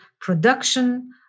production